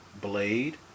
Blade